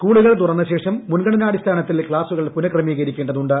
സ്കൂളുകൾ തുറന്ന ശേഷം മുൻഗണനാടിസ്ഥാനത്തിൽ ക്ലാസ്സുകൾ പുനഃക്രമീകരിക്കേണ്ടതുണ്ട്